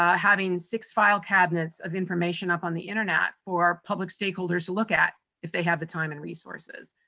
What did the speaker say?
ah having six file cabinets of information up on the internet for public stakeholders to look at if they have the time and resources.